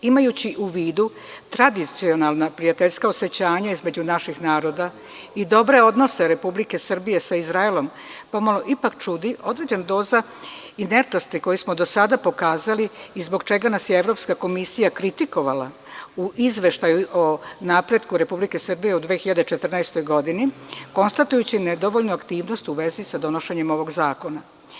Imajući u vidu tradicionalna prijateljska osećanja između naših naroda i dobre odnose Republike Srbije sa Izraelom, pomalo ipak čudi određena doza inertnosti koju smo do sada pokazali i zbog čega nas je Evropska komisija kritikovala u izveštaju o napretku Republike Srbije u 2014. godini konstatujući nedovoljnu aktivnost u vezi sa donošenjem ovog zakona.